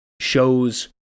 shows